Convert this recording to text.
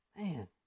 man